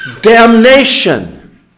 damnation